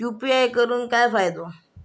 UPI करून काय फायदो?